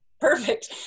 perfect